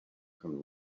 can